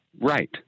Right